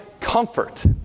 comfort